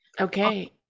Okay